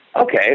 okay